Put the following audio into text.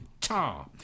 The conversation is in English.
Ta